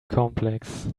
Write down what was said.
complex